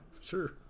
sure